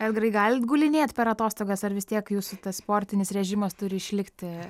edgarai galit gulinėt per atostogas ar vis tiek jūsų sportinis režimas turi išlikti